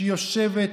שיושבת